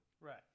Right